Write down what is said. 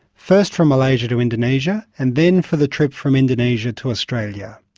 first from malaysia to indonesia and then for the trip from indonesia to australia.